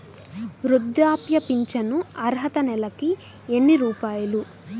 వృద్ధాప్య ఫింఛను అర్హత నెలకి ఎన్ని రూపాయలు?